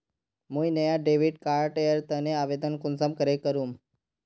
मुई नया debit card एर तने आवेदन कुंसम करे करूम?